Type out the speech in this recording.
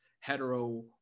hetero